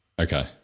Okay